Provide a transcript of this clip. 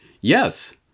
Yes